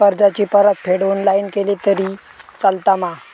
कर्जाची परतफेड ऑनलाइन केली तरी चलता मा?